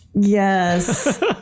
Yes